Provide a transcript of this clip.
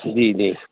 جی جی